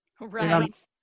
Right